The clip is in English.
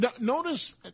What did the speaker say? Notice